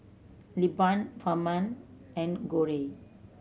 Lilburn Ferman and Cory